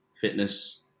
fitness